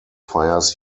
fires